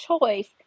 choice